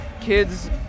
kids